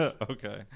Okay